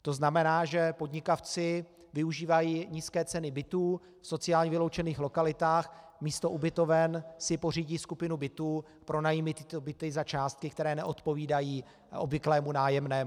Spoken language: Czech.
To znamená, že podnikavci využívají nízké ceny bytů v sociálně vyloučených lokalitách, místo ubytoven si pořídí skupinu bytů, pronajímají tyto byty za částky, které neodpovídají obvyklému nájemnému.